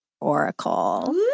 Oracle